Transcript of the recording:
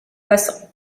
passant